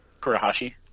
Kurahashi